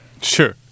Sure